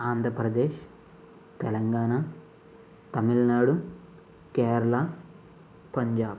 Andhra Pradesh Telangana Tamil Nadu Kerala Punjab